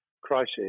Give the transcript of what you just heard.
crisis